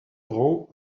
grands